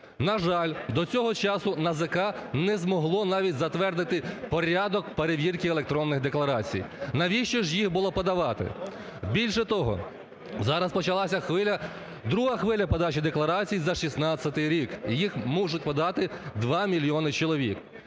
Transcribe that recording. На жаль, до цього часу НАЗК не змогло навіть затвердити порядок перевірки електронних декларацій. Навіщо ж їх було подавати? Більше того, зараз почалася хвиля, друга хвиля подачі декларацій за 16 рік. Їх можуть подати 2 мільйони чоловік.